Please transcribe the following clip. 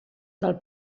del